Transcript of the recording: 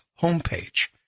homepage